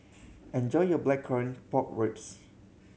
enjoy your Blackcurrant Pork Ribs